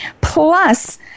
Plus